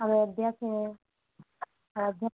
अयोध्या से हैं अयोध्या